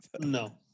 No